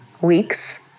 week's